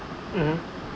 mmhmm